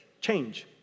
change